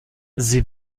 sie